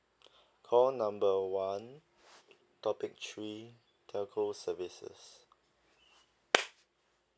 call number one topic three telco services